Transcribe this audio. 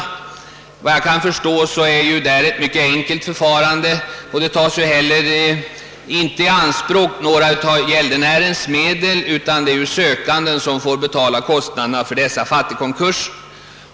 Efter vad jag kan förstå har man därvidlag redan ett mycket enkelt förfarande; gäldenärens medel tas inte i anspråk, utan det är sökanden som får betala kostnaden för dessa fattigkonkurser.